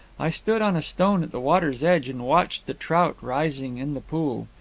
i stood on a stone at the water's edge and watched the trout rising in the pool.